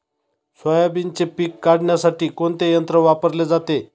सोयाबीनचे पीक काढण्यासाठी कोणते यंत्र वापरले जाते?